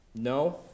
No